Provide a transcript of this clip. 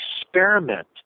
experiment